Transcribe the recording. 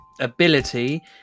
ability